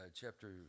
chapter